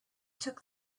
took